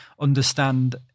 understand